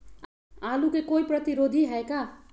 आलू के कोई प्रतिरोधी है का?